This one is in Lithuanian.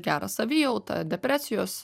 gerą savijautą depresijos